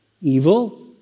evil